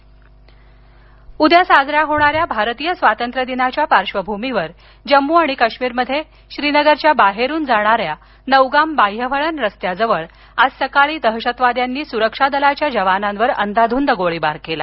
हल्ला उद्या साजऱ्या होणाऱ्या भारतीय स्वातंत्र्यदिनाच्या पार्श्वभूमीवर जम्मू आणि काश्मीरमध्ये श्रीनगरच्या बाहेरून जाणाऱ्या नौगाम बाह्यवळण रस्त्याजवळ आज सकाळी दहशतवाद्यांनी सुरक्षा दलांच्या जवानांवर अंदाधुंद गोळीबार केला